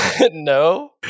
No